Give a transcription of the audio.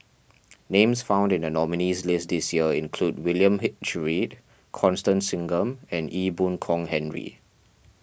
names found in the nominees' list this year include William H Read Constance Singam and Ee Boon Kong Henry